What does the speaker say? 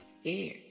scared